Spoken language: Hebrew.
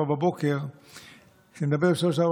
04:00. כשנדבר ב-03:00,